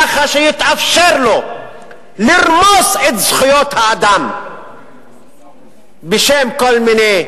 ככה שיתאפשר לו לרמוס את זכויות האדם בשם כל מיני